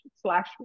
slash